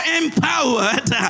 empowered